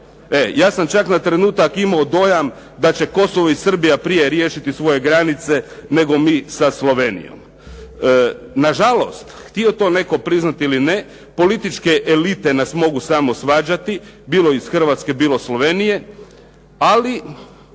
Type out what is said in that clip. Ja sam čak na trenutak imao dojam da će Kosovo i Srbija prije riješiti svoje granice, nego mi sa Slovenijom. Na žalost, htio to priznati netko ili ne, političke elite nas mogu samo svađati, bilo iz Hrvatske, bilo iz Slovenije, ali